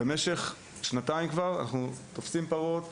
כבר שנתיים שאנחנו תופסים ומשחררים פרות,